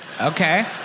Okay